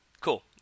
cool